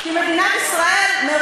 את קראת את הדוח?